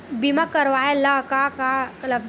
बीमा करवाय ला का का लगथे?